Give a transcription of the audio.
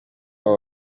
wabo